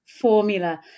formula